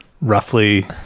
roughly